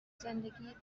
زندگی